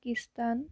Pakistan